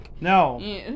No